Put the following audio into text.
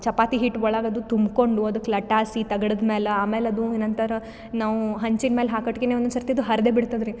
ಚಪಾತಿ ಹಿಟ್ಟು ಒಳಗೆ ಅದು ತುಂಬಿಕೊಂಡು ಅದಕ್ಕೆ ಲಟ್ಟಾಸಿ ತಗಡದು ಮೇಲೆ ಆಮೇಲೆ ಅದು ಏನಂತರ ನಾವು ಹೆಂಚಿನ ಮ್ಯಾಲೆ ಹಾಕಟ್ಗೆ ಒಂದೊಂದುಸರ್ತಿ ಅದು ಹರಿದೆ ಬಿಡ್ತದ್ರಿ